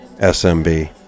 SMB